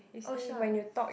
oh shucks